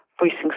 voicing